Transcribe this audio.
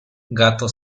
gato